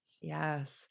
Yes